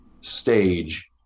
stage